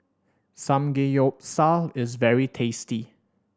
samgeyopsal is very tasty